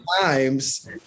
times